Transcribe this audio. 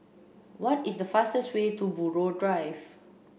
what is the fastest way to Buroh Drive